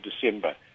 December